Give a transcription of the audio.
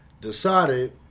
decided